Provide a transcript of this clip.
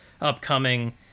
upcoming